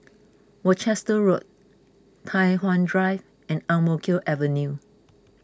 Worcester Road Tai Hwan Drive and Ang Mo Kio Avenue